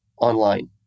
online